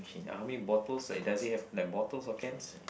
ya how many bottles like does it have like bottles or cans